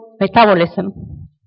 metabolism